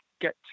get